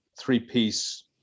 three-piece